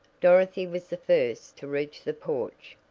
dorothy was the first to reach the porch.